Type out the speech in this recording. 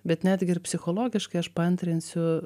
bet netgi ir psichologiškai aš paantrinsiu